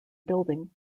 building